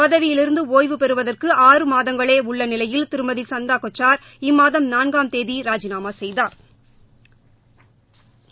பதவியிலிருந்து ஒய்வு பெறுவதற்கு ஆறு மாதங்களே உள்ள நிலையில் திருமதி சந்தா கொச்சார் இம்மாதம் நான்காம் தேதி ராஜிநாமா செய்தாள்